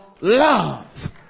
love